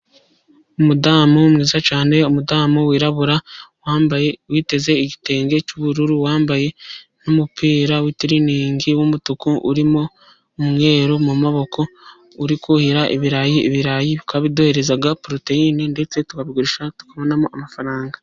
Umudamu mwiza cyane, umudamu wirabura witeze igitenge cy'ubururu, wambaye n'umupira w'itiriningi w'umutuku urimo umweru mu maboko, uri kuhira ibirayi, ibirayi bikaba biduhereza poroteyine, ndetse tukagurisha tukabonamo amafaranga.